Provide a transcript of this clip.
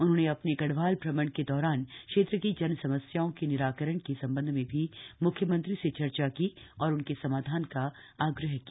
उन्होंने अपने गढ़वाल भ्रमण के दौरान क्षेत्र की जन समस्याओं के निराकरण के संबंध में भी म्ख्यमंत्री से चर्चा की और उनके समाधान का आग्रह किया